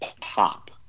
Pop